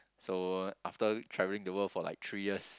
so after travelling the world for like three years